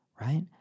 right